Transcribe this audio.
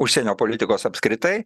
užsienio politikos apskritai